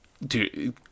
Dude